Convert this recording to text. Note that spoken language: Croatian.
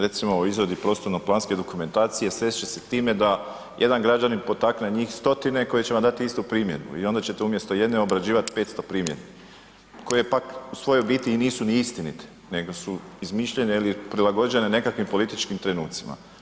Recimo, u izradi prostorno planske dokumentacije sreće se s time da jedan građanin potakne njih stotine koji će vam dati istu primjedbu i onda ćete umjesto jedne obrađivati 500 primjedbi koje pak, u svojoj biti nisu ni istinite nego su izmišljene ili prilagođene nekakvim političkim trenucima.